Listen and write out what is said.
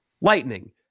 lightning